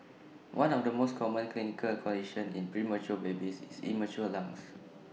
one of the most common clinical conditions in premature babies is immature lungs